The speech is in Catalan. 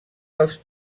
dels